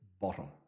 bottom